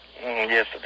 Yes